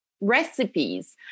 recipes